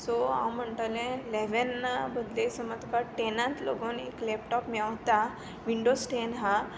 so हांव म्हणटलें इलेवना बदले समज तुका टेनांत लेगीत एक लॅपटॉप मेळता विंडोज टॅन आसा